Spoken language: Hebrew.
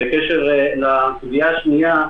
בקשר לקביעה השנייה,